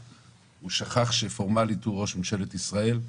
הוא שכח שפורמלית הוא ראש ממשלת ישראל.